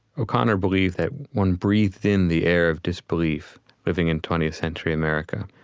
o'connor believed that one breathed in the air of disbelief living in twentieth century america.